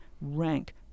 rank